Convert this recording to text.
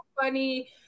funny